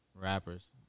rappers